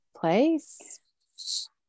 place